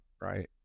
right